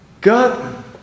God